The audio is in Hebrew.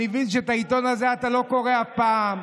אני מבין שאת העיתון הזה אתה לא קורא אף פעם.